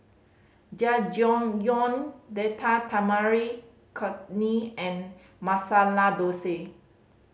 Jajangmyeon Date Tamarind Chutney and Masala Dosa